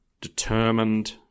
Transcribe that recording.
determined